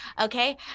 okay